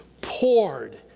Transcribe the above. poured